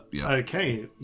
okay